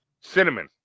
Cinnamon